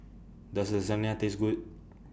Does Lasagne Taste Good